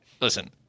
listen